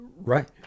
right